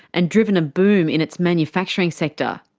and driven a boom in its manufacturing sector.